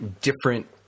different